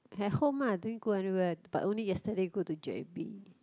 at home uh I didn't go anywhere but only yesterday go to J_B